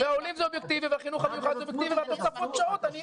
והעולים זה אובייקטיבי והחינוך המיוחד זה אובייקטיבי והתוספות שעות,